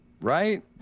Right